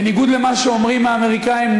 בניגוד למה שאומרים האמריקנים,